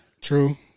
True